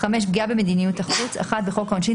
פגיעה במדיניות החוץ בחוק העונשין,